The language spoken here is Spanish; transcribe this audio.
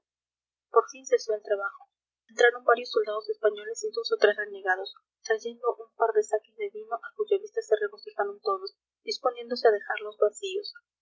por fin cesó el trabajo entraron varios soldados españoles y dos o tres renegados trayendo un par de zaques de vino a cuya vista se regocijaron todos disponiéndose a dejarlos vacíos